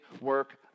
work